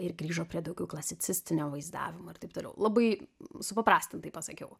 ir grįžo prie daugiau klasicistinio vaizdavimo ir taip toliau labai supaprastintai pasakiau